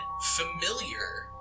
familiar